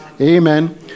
Amen